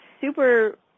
super